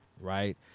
right